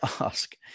ask